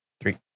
three